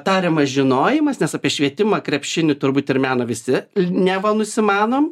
tariamas žinojimas nes apie švietimą krepšinį turbūt ir meną visi neva nusimanom